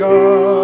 God